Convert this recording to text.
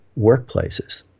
workplaces